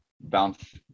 bounce